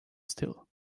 still